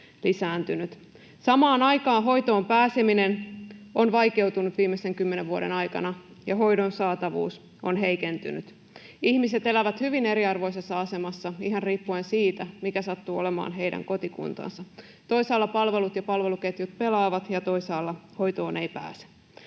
Samaan aikaan hoitoon pääseminen on vaikeutunut viimeisten kymmenen vuoden aikana ja hoidon saatavuus on heikentynyt. Ihmiset elävät hyvin eriarvoisessa asemassa ihan riippuen siitä, mikä sattuu olemaan heidän kotikuntansa. Toisaalla palvelut ja palveluketjut pelaavat, ja toisaalla hoitoon ei pääse.